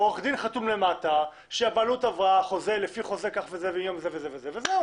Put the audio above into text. עורך דין חתום למטה שהבעלות עברה לפי חוזה מיום זה וזה וזהו.